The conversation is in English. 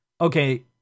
okay